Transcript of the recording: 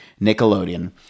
Nickelodeon